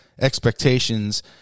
expectations